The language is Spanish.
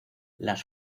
las